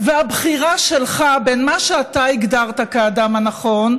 בבחירה שלך בין מה שאתה הגדרת כדבר הנכון,